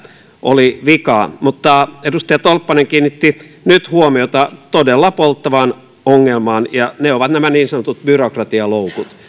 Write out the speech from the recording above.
oli vikaa mutta edustaja tolppanen kiinnitti nyt huomiota todella polttavaan ongelmaan ja ne ovat nämä niin sanotut byrokratialoukut